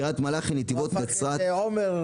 קרית מלאכי, נתיבות, נצרת, טמרה,